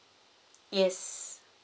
yes